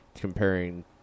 comparing